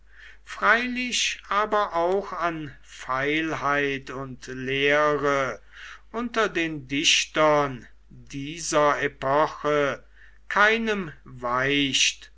freilich aber auch an feilheit und leere unter den dichtern dieser epoche keinem weicht